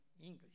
English